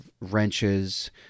wrenches